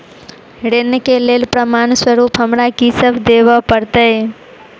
ऋण केँ लेल प्रमाण स्वरूप हमरा की सब देब पड़तय?